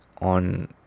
on